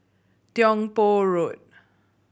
Tiong Poh Road